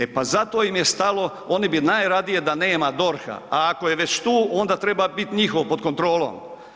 E pa zato im je stalo, oni bi najradije da nema DORH-a, a ako je već tu onda treba biti njihov pod kontrolom.